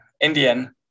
Indian